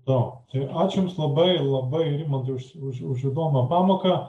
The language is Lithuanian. o tai ačiū jums labai labai rimantai už už įdomią pamoką